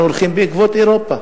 אנחנו הולכים בעקבות אירופה,